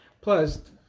Plus